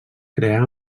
crear